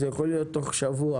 זה יכול להיות תוך שבוע.